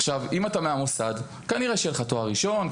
עכשיו אם אתה מהמוסד כנראה שיש לך תואר ראשון,